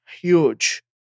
huge